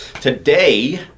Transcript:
today